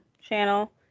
channel